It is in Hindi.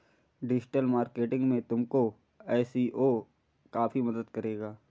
डिजिटल मार्केटिंग में तुमको एस.ई.ओ काफी मदद करेगा